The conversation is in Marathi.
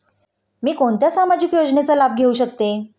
मी कोणत्या सामाजिक योजनेचा लाभ घेऊ शकते?